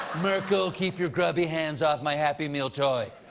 merkel, keep your grubby hands off my happy meal toy.